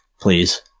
Please